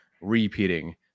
repeating